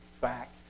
back